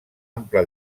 ampla